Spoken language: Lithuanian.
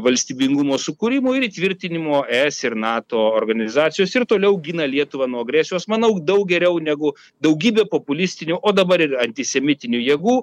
valstybingumo sukūrimo ir įtvirtinimo es ir nato organizacijos ir toliau gina lietuvą nuo agresijos manau daug geriau negu daugybė populistinių o dabar ir antisemitinių jėgų